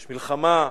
יש מלחמה,